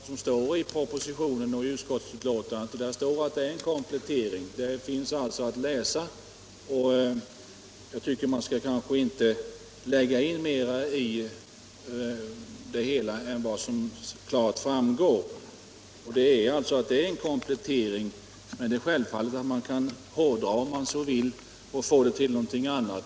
Herr talman! Jag hänvisar än en gång till vad som står i propositionen och i utskottsbetänkandet. Där sägs att det är en komplettering. Detta står alltså att läsa, och jag tycker att man kanske inte skall lägga in mera i det hela än vad som klart framgår, nämligen att det är en komplettering. Självfallet kan man hårdra det, om man så vill, och få det till någonting annat.